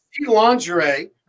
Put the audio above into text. lingerie